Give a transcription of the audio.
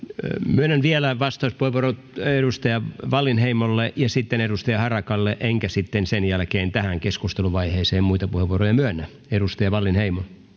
myönnän vielä vastauspuheenvuorot edustaja wallinheimolle ja edustaja harakalle enkä sen sitten sen jälkeen tähän keskusteluvaiheeseen muita puheenvuoroja myönnä edustaja wallinheimo